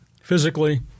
physically